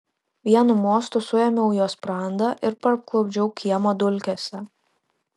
vienu mostu suėmiau jo sprandą ir parklupdžiau kiemo dulkėse